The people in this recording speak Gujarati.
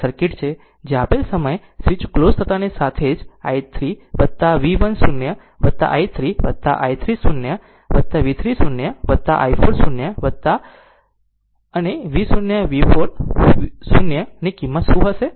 આ તે સર્કિટ છે જે આપેલ છે કે સ્વીચ ક્લોઝ થતાંની સાથે જ of i 3 V 1 0 i 3 i 3 0 V 3 0 i 4 0 અને V 0 V 4 0 ની કિંમત શું હશે